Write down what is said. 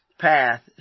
path